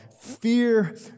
Fear